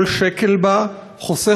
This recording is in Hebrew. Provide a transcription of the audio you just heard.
אצלנו זה רצף מאתמול, אבל בסדר.